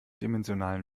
dimensionalen